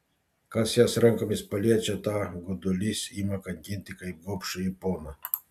kas jas rankomis paliečia tą godulys ima kankinti kaip gobšųjį poną